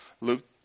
Luke